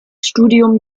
studium